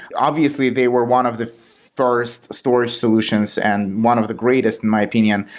obviously, they were one of the first storage solutions and one of the greatest in my opinion,